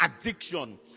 addiction